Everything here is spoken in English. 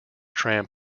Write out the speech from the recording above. tram